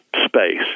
space